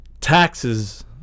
taxes